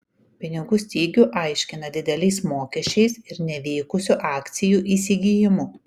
pinigų stygių aiškina dideliais mokesčiais ir nevykusiu akcijų įsigijimu